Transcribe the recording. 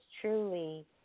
truly